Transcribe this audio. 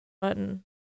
button